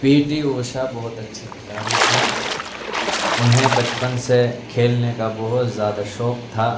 پی T Usha بہت اچھی کھلاڑی تھیں انہیں بچپن سے کھیلنے کا بہت زیادہ شوق تھا